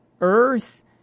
earth